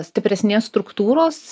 stipresnės struktūros